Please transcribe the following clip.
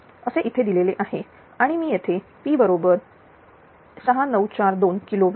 असे येथे दिलेले आहे आणि मी येथे P बरोबर 6942 किलो वॅट